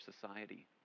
society